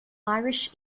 irish